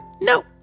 Nope